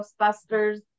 Ghostbusters